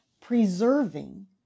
preserving